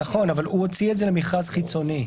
נכון, אבל הוא הוציא את זה למכרז חיצוני.